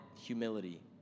humility